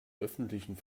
öffentlichen